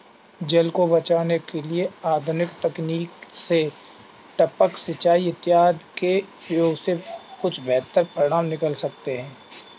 जल को बचाने के लिए आधुनिक तकनीक से टपक सिंचाई इत्यादि के प्रयोग से कुछ बेहतर परिणाम निकल सकते हैं